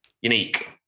Unique